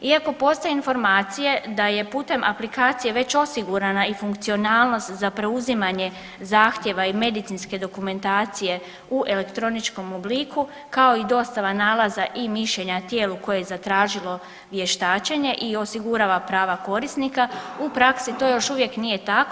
Iako postoje informacije da je putem aplikacije već osigurana i funkcionalnost za preuzimanje zahtjeva i medicinske dokumentacije u elektroničkom obliku, kao i dostava nalaza i mišljenja tijelu koje je zatražilo vještačenje i osigurava prava korisnika u praksi to još uvijek nije tako.